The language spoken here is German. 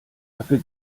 dafür